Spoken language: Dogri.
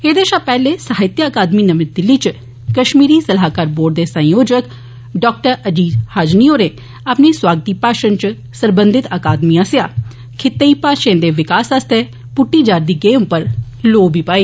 एह्दे शा पैह्ले साहित्य अकादमी नमीं दिल्ली च कश्मीरी सलाहकार बोर्ड दे संयोजक डॉ अज़ीज़ हाजिनी होरें अपनी सुआगती भाषण च सरबंधत अकादमी आस्सेआ खित्तेई भाशाएं दे विकास आस्तै पुट्टी जा'रदी गैंह उप्पर लोह पाई